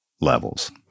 levels